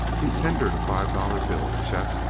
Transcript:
he tendered a five dollar bill to chet.